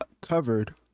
covered